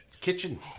Kitchen